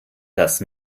das